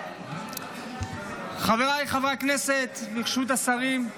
חבריי חברי הכנסת, ברשות השרים,